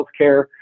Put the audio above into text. healthcare